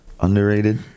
Underrated